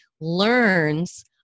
learns